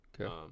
Okay